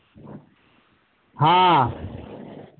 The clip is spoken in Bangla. হ্যাঁ